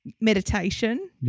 meditation